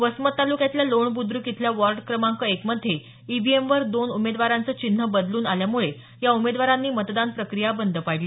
वसमत तालुक्यातल्या लोण बुद्रक इथल्या वॉर्ड क्रमांक एक मध्ये ईव्हीएमवर दोन उमेदवारांचं चिन्ह बदलून आल्यामुळे या उमेदवारांनी मतदान प्रक्रिया बंद पाडली